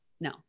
No